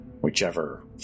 whichever